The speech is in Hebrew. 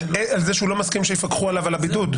על זה שהוא לא מסכים שיפקחו עליו בבידוד?